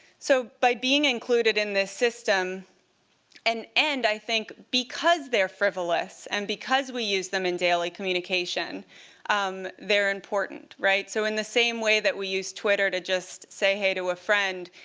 so by being included in this system and and, i think, because they're frivolous and because we use them in daily communication um they're important. so in the same way that we use twitter to just say, hey, to a friend,